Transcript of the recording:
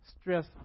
stress